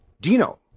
Dino